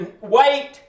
wait